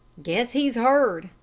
guess he's heard,